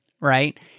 right